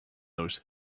those